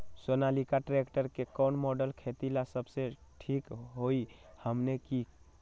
Sonalika tractor के कौन model खेती ला सबसे ठीक होई हमने की?